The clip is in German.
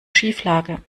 schieflage